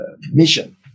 mission